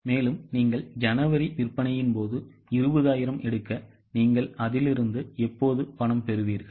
இப்போது நீங்கள் ஜனவரி விற்பனையின் போது 20000 எடுக்கநீங்கள்அதிலிருந்து எப்போது பணம் பெறுவீர்கள்